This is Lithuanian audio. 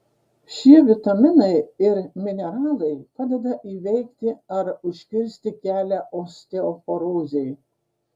šie vitaminai ir mineralai padeda įveikti ar užkirsti kelią osteoporozei